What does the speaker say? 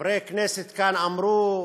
חברי כנסת כאן אמרו,